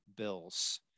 bills